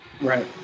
right